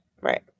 Right